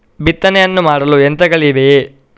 ಬಿತ್ತನೆಯನ್ನು ಮಾಡಲು ಯಂತ್ರಗಳಿವೆಯೇ?